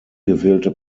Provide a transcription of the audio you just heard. gewählte